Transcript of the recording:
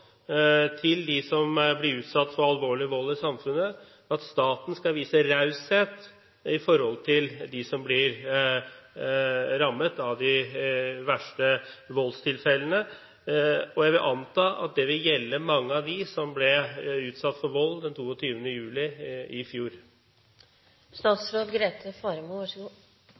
til dem som blir utsatt for alvorlig vold i samfunnet, om at staten skal vise raushet overfor dem som blir rammet av de verste voldstilfellene. Jeg vil anta at det vil gjelde mange av dem som ble utsatt for vold den 22. juli i